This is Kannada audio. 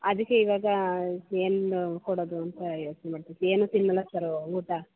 ಅದಕ್ಕೇ ಇವಾಗ ಏನು ಕೊಡೋದು ಅಂತ ಯೋಚನೆ ಮಾಡ್ತಿದ್ವಿ ಏನೂ ತಿನ್ನೋಲ್ಲ ಸರು ಊಟ